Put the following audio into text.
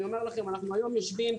אני אומר לכם: אנחנו היום יושבים,